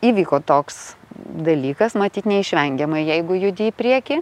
įvyko toks dalykas matyt neišvengiamai jeigu judi į priekį